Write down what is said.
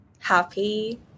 Happy